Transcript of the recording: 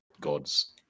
gods